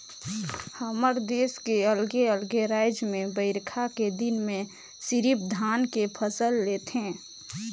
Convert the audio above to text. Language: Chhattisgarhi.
हमर देस के अलगे अलगे रायज में बईरखा के दिन में सिरिफ धान के फसल ले थें